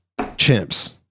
chimps